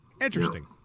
Interesting